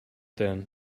then